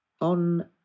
on